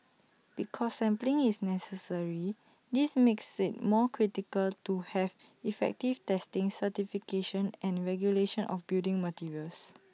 because sampling is necessary this makes IT more critical to have effective testing certification and regulation of building materials